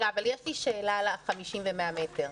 יש לי שאלה לגבי ה-50 וה-100 מטרים.